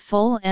Full